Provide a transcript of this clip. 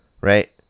right